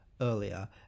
earlier